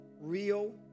real